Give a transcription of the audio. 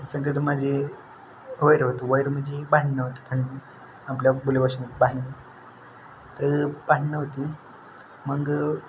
त्या संगट माझे वैर होतं वैर म्हणजे भांडणं होतं भांडणं आपल्या बोलीभाषेमध्ये भांडणी तर भांडणं होती मग